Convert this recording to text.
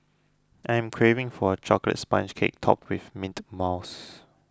I am craving for a Chocolate Sponge Cake Topped with Mint Mousse